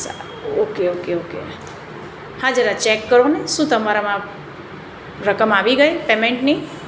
સારું okay okay okay okay હા જરા ચેક કરો ને શું તમારામાં રકમ આવી ગઈ પેમેન્ટની